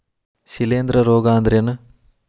ಶಿಲೇಂಧ್ರ ರೋಗಾ ಅಂದ್ರ ಏನ್?